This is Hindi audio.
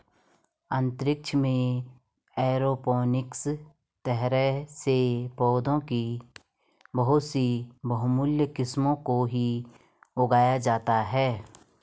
अंतरिक्ष में एरोपोनिक्स तरह से पौधों की बहुत ही बहुमूल्य किस्मों को ही उगाया जाता है